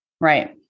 Right